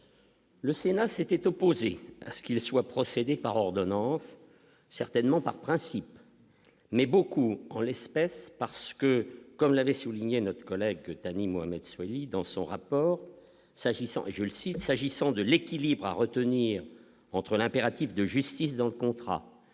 le Sénat s'était opposé à ce qu'il soit procéder par ordonnances certainement par principe mais beaucoup en l'espèce, parce que, comme l'avait souligné, notre collègue Thani Mohamed Soilihi, dans son rapport, s'agissant, je le cite, s'agissant de l'équilibre à retenir : entre l'impératif de justice dans le contrat qui peut justifier